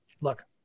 look